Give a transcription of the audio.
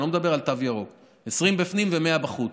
אני לא מדבר על תו ירוק, 20 בפנים ו-100 בחוץ.